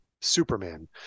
Superman